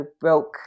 broke